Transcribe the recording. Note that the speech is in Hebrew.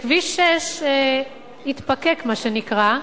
שכביש 6 התפקק, מה שנקרא,